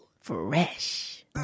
fresh